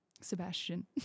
Sebastian